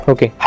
Okay